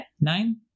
Nine